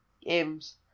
Games